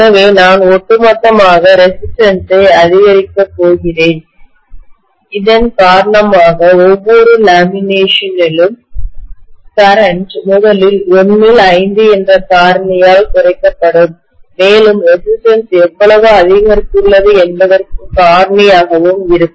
எனவே நான் ஒட்டுமொத்தமாக ரெசிஸ்டன்ஸ் அதிகரிக்கப் போகிறேன் இதன் காரணமாக ஒவ்வொரு லேமினேஷனிலும் கரண்ட்மின்னோட்டம் முதலில் 1 ல் 5 என்ற காரணியால் குறைக்கப்படும் மேலும் ரெசிஸ்டன்ஸ் எவ்வளவு அதிகரித்துள்ளது என்பதற்கான காரணியாகவும் இருக்கும்